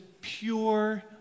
pure